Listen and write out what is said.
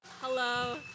Hello